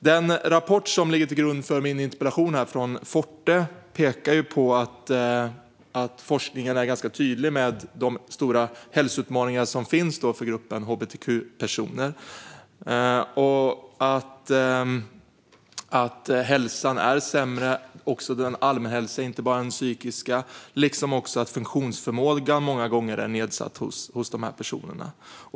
Den rapport från Forte som ligger till grund för min interpellation pekar på att forskningen är ganska tydlig med de stora hälsoutmaningar som finns för gruppen hbtq-personer, att hälsan - även allmänhälsan, inte bara den psykiska - är sämre liksom att funktionsförmågan många gånger är nedsatt hos dessa personer.